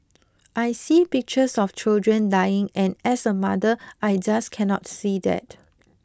I see pictures of children dying and as a mother I just cannot see that